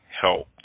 help